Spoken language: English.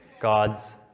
god's